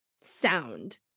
sound